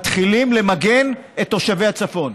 מתחילים למגן את תושבי הצפון,